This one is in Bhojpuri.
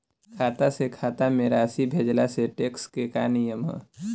खाता से खाता में राशि भेजला से टेक्स के का नियम ह?